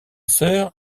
sœur